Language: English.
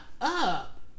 up